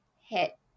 hit